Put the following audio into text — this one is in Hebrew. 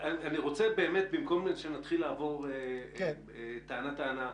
במקום שנתחיל לעבור טענה-טענה,